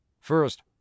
First